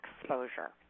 exposure